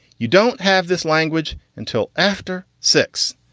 you don't have this language until after six